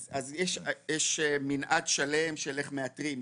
יש מנעד שלם של איך מאתרים.